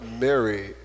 Mary